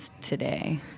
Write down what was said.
today